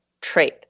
trait